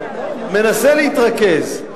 מנסה להתרכז,